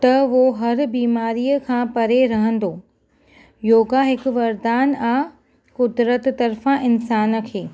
त हू हर बीमारिअ खां परे रहंदो योगा हिकु वरदानु आहे क़ुदिरत तर्फ़ां इंसान खे